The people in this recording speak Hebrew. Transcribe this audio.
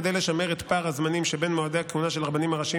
כדי לשמר את פער הזמנים שבין מועדי הכהונה של הרבנים הראשיים